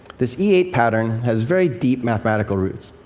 this e eight pattern has very deep mathematical roots.